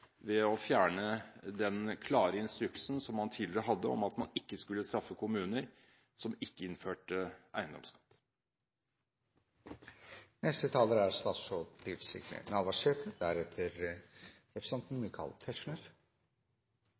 å fjerne den klare instruksen som man tidligere hadde om at man ikke skulle straffe kommuner som ikke innførte